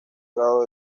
grado